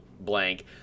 blank